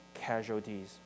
casualties